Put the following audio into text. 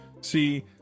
See